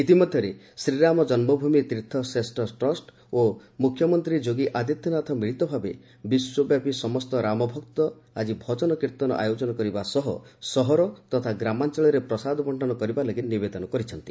ଇତିମଧ୍ୟରେ ଶ୍ରୀରାମ ଜନ୍ମଭୂମି ତୀର୍ଥଶ୍ରେଷ୍ଠ ଟ୍ରଷ୍ଟ ଏବଂ ମୁଖ୍ୟମନ୍ତ୍ରୀ ଯୋଗୀ ଆଦିତ୍ୟନାଥ ମିଳିତ ଭାବେ ବିଶ୍ୱବ୍ୟାପୀ ସମସ୍ତ ରାମଭକ୍ତ ଆଜି ଭଜନ କୀର୍ତ୍ତନ ଆୟୋଜନ କରିବା ସହ ସହର ତଥା ଗ୍ରାମାଞ୍ଚଳରେ ପ୍ରସାଦ ବଣ୍ଟନ କରିବା ଲାଗି ନିବେଦନ କରିଛନ୍ତି